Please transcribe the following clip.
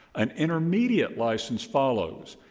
an intermediate license follows.